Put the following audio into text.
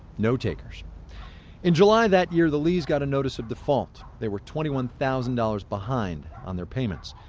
no takers in july that year, the lees got a notice of default. they were twenty one thousand dollars behind on their payments.